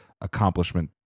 accomplishment